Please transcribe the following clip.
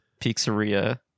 Pizzeria